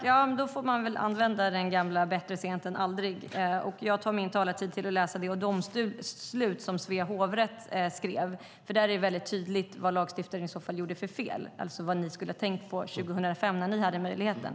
Herr talman! Jag får väl använda det gamla uttrycket bättre sent än aldrig. Jag ska använda min talartid till att läsa ur det domslut som Svea hovrätt skrev. Det är väldigt tydligt vad lagstiftaren gjorde för fel och vad ni skulle ha tänkt på 2005 när ni hade möjligheten.